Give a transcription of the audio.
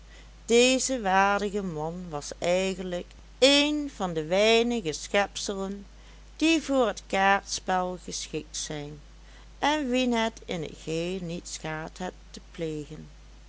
deze waardige man was eigenlijk een van de weinige schepselen die voor het kaartspel geschikt zijn en wien het in t geheel niet schaadt het te plegen